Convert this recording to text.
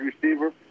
receiver